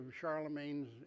Charlemagne's